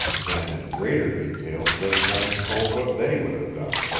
then in greater detail their friends told what they would have done,